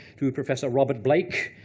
to professor robert blake.